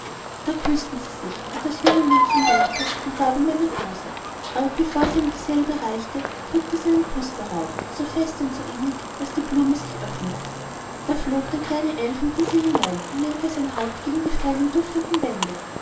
dann küßten sie sich und das junge mädchen weinte und gab ihm eine rose aber bevor sie ihm dieselbe reichte drückte sie einen kuß darauf so fest und so innig daß die blume sich öffnete da flog der kleine elf in diese hinein und lehnte sein haupt gegen die feinen duftenden wände